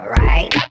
right